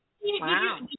Wow